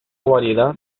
variedad